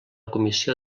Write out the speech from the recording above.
comissió